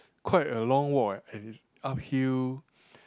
quite a long walk eh and is uphill